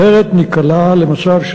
אחרת ניקלע למצב,